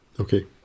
Okay